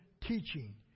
teaching